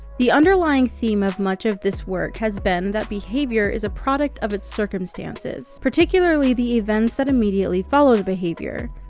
the underlying theme of much of this work has been that behavior is a product of its circumstances, particularly the events that immediately follow the behavior.